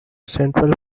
central